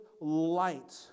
light